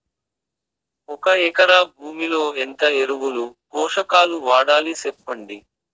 ఒక ఎకరా భూమిలో ఎంత ఎరువులు, పోషకాలు వాడాలి సెప్పండి?